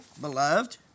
beloved